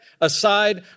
aside